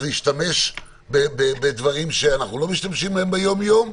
להשתמש בדברים שאנחנו לא משתמשים ביום-יום,